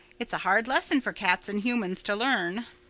it's a hard lesson for cats and humans to learn.